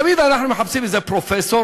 תמיד אנחנו מחפשים איזה פרופסור,